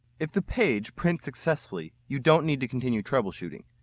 if the page prints successfully, you don't need to continue troubleshooting.